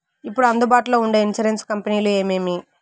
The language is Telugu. ఇప్పుడు అందుబాటులో ఉండే ఇన్సూరెన్సు కంపెనీలు ఏమేమి?